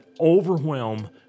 overwhelm